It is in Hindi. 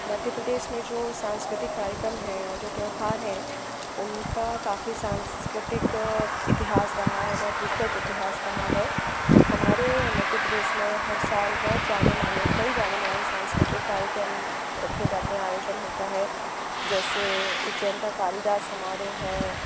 मध्य प्रदेश में जो सांस्कृतिक कार्यक्रम हैं और जो त्यौहार हैं उनका काफ़ी सांस्कृतिक इतिहास रहा है बहुत विस्तृत इतिहास रहा है हमारे मध्य प्रदेश में हर साल बहुत जाने माने कई जाने माने सांस्कृतिक कार्यक्रम रखे जाते हैं आयोजन होता है जैसे उज्जैन का कालिदास समारोह है